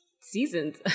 seasons